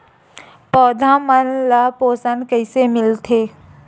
पौधा मन ला पोषण कइसे मिलथे?